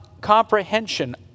comprehension